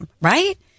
right